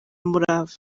umurava